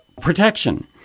protection